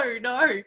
no